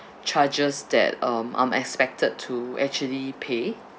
charges that um I'm expected to actually pay